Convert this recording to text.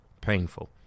painful